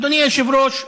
אדוני היושב-ראש,